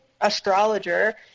astrologer